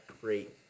great